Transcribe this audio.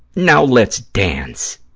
now let's dance.